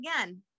again